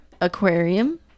Aquarium